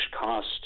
cost